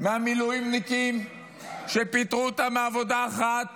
מהמילואימניקים שפיטרו אותם מעבודה אחת,